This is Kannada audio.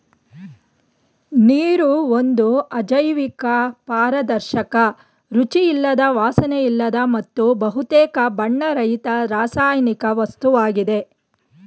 ನೀರು ಒಂದು ಅಜೈವಿಕ ಪಾರದರ್ಶಕ ರುಚಿಯಿಲ್ಲದ ವಾಸನೆಯಿಲ್ಲದ ಮತ್ತು ಬಹುತೇಕ ಬಣ್ಣರಹಿತ ರಾಸಾಯನಿಕ ವಸ್ತುವಾಗಿದೆ